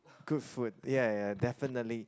good food ya ya definitely